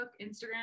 Instagram